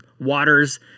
waters